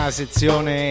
sezione